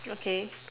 okay